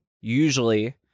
usually